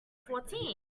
fourteen